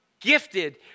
gifted